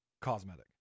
cosmetic